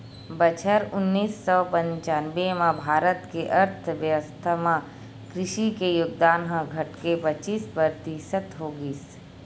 बछर उन्नीस सौ पंचानबे म भारत के अर्थबेवस्था म कृषि के योगदान ह घटके पचीस परतिसत हो गिस